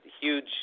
huge